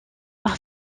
par